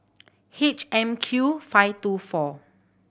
H M Q five two four